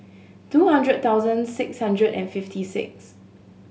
two hundred thousand six hundred and fifty six